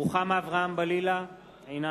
רוחמה אברהם-בלילא, אינה